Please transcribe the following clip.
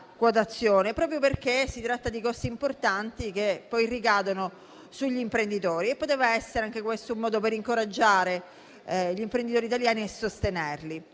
quotazione, proprio perché si tratta di costi importanti, che poi ricadono sugli imprenditori e questo poteva essere anche un modo per incoraggiare gli imprenditori italiani e sostenerli.